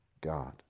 God